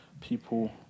people